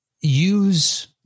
use